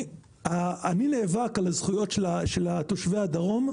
אני נאבק על זכויות של תושבי הדרום.